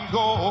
go